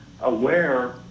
aware